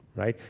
right?